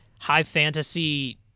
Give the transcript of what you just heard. high-fantasy